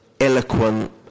eloquent